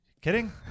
kidding